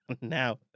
Now